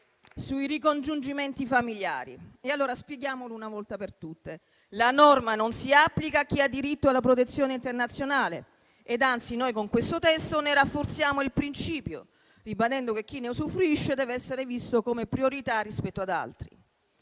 sui ricongiungimenti familiari, e allora spieghiamolo una volta per tutte: la norma non si applica a chi ha diritto alla protezione internazionale, ed anzi noi con questo testo ne rafforziamo il principio, ribadendo che chi ne usufruisce deve essere visto come priorità rispetto ad altri.